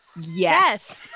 Yes